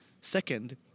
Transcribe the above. Second